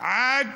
עד